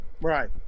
Right